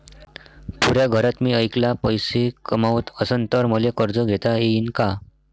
पुऱ्या घरात मी ऐकला पैसे कमवत असन तर मले कर्ज घेता येईन का?